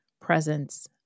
presence